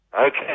Okay